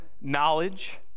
knowledge